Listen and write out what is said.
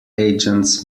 agents